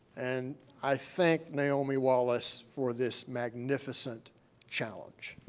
and i thank naomi wallace for this magnificent challenge.